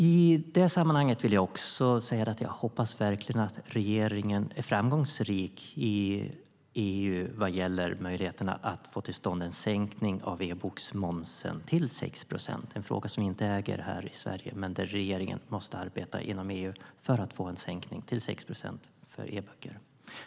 I det här sammanhanget vill jag också säga att jag verkligen hoppas att regeringen är framgångsrik i EU vad gäller möjligheterna att få till stånd en sänkning av e-bokmomsen till 6 procent. Det är en fråga som vi inte äger här i Sverige men där regeringen måste arbeta inom EU för att få en sänkning till 6 procent för e-böckerna.